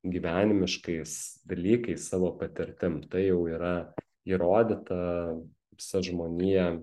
gyvenimiškais dalykais savo patirtim tai jau yra įrodyta visa žmonija